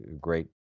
great